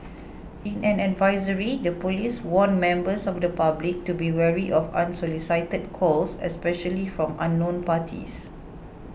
in an advisory the police warned members of the public to be wary of unsolicited calls especially from unknown parties